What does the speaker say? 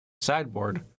Sideboard